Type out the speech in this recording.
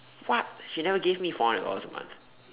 what she never gave me four hundred dollars a month